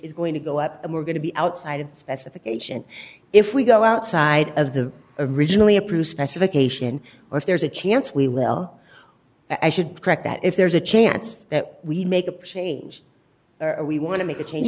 is going to go up we're going to be outside of specification if we go outside of the originally approved specification or if there's a chance we well i should correct that if there's a chance that we make a change we want to make a change